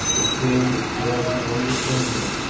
the shore was drawing away before him,